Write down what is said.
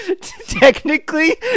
technically